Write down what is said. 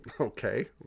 okay